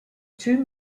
two